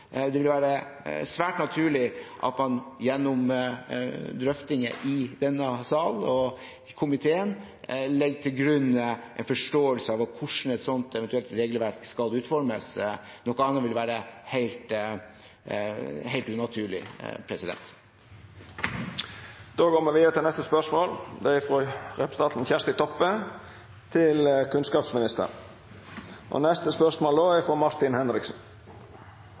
Det vil være svært naturlig at man gjennom drøftinger i denne salen og i komiteen legger til grunn en forståelse av hvordan et slikt eventuelt regelverk skal utformes. Noe annet ville være helt unaturlig. «Ny akuttmedisinforskrift set krav om at ambulansar skal vere bemanna med to personar, begge må ha sertifikat for køyretøyet og